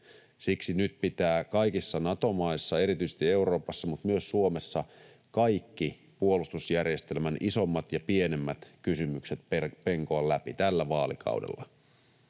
Siksi pitää kaikissa Nato-maissa — erityisesti Euroopassa mutta myös Suomessa — kaikki puolustusjärjestelmän isommat ja pienemmät kysymykset penkoa läpi nyt tällä vaalikaudella.